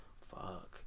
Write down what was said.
fuck